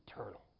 eternal